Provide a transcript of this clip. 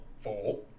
four